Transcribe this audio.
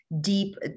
deep